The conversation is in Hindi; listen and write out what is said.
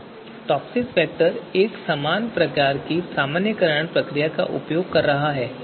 यहां टॉपसिसvector एक समान प्रकार की सामान्यीकरण प्रक्रिया का उपयोग कर रहा है